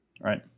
Right